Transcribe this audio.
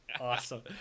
Awesome